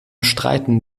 streiten